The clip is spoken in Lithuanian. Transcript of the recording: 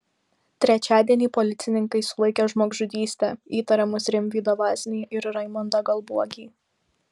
trečiadienį policininkai sulaikė žmogžudyste įtariamus rimvydą vaznį ir raimondą galbuogį